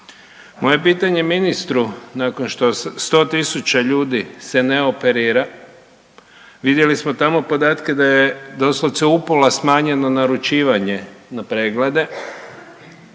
Moje pitanje ministru nakon što 100 tisuća ljudi se ne operira, vidjeli smo tamo podatke da je doslovce u pola smanjeno naručivanje na preglede